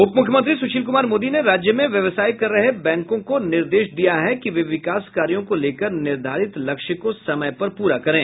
उप मुख्यमंत्री सुशील कुमार मोदी ने राज्य में व्यवसाय कर रहे बैंकों को निर्देश दिया है कि वे विकास कार्यों को लेकर निर्धारित लक्ष्य को समय पर पूरा करें